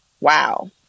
wow